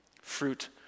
fruit